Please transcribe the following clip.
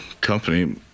company